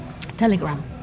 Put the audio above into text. Telegram